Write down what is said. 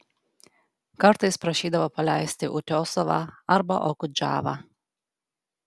kartais prašydavo paleisti utiosovą arba okudžavą